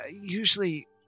Usually